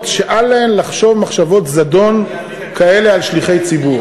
שאל להן לחשוב מחשבות זדון כאלה על שליחי ציבור.